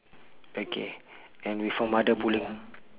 okay and with her mother pulling